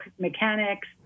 mechanics